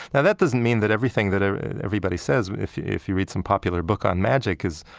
now, that doesn't mean that everything that ah everybody says, if if you read some popular book on magic, is,